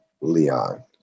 Leon